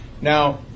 Now